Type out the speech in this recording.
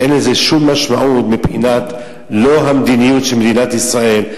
שאין לזה שום משמעות מבחינת המדיניות של מדינת ישראל,